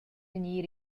vegnir